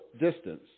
distance